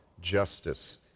justice